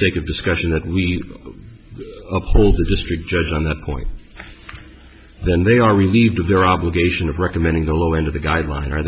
sake of discussion that we uphold the district judge on that point then they are relieved of their obligation of recommending the low end of the guideline